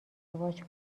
ازدواج